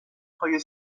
پای